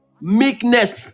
meekness